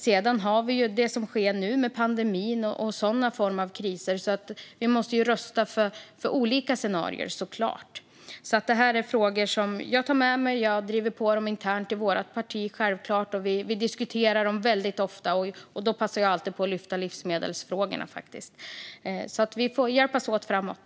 Det handlar också om pandemier och andra sorters kriser, så vi måste givetvis rusta för olika scenarier. Jag tar med mig frågorna och driver på internt i mitt parti. Vi diskuterar ofta detta, och då passar jag alltid på att ta upp livsmedelsfrågorna. Vi får hjälpas åt framåt.